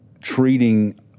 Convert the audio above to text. treating